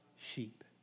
sheep